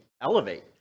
elevate